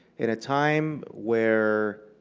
in a time where